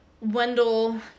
Wendell